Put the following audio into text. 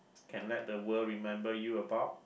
can let the world remember you about